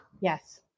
Yes